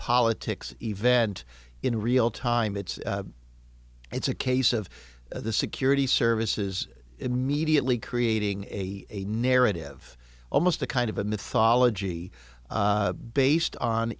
politics event in real time it's it's a case of the security services immediately creating a narrative almost a kind of a mythology based on